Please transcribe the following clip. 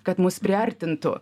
kad mus priartintų